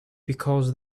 because